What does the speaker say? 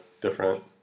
different